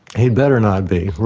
he'd better not be, right,